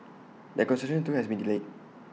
that construction too has been delayed